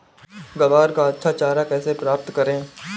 ग्वार का अच्छा चारा कैसे प्राप्त करें?